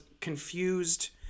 confused